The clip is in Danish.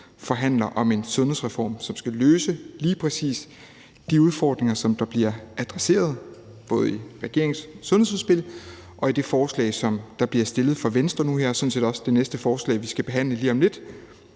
forhandler om en sundhedsreform, som skal løse lige præcis de udfordringer, som der bliver adresseret både i regeringens sundhedsudspil og i det forslag, som der nu og her bliver fremsat fra Venstres side, og sådan set også i det næste forslag, vi skal behandle lige om lidt.